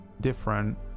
different